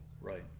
Right